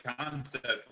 concept